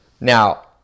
Now